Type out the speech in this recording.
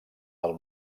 del